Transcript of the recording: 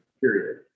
period